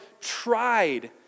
tried